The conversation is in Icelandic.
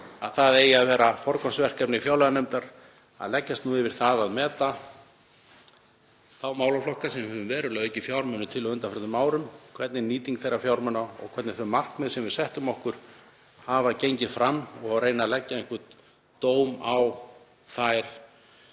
að það eigi að vera forgangsverkefni fjárlaganefndar að leggjast yfir það að meta þá málaflokka sem við höfum verulega aukið fjármuni til á undanförnum árum, hvernig nýting þeirra fjármuna er og hvernig þau markmið sem við settum okkur hafa gengið fram og reyna að leggja einhvern dóm á þær